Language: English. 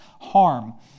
harm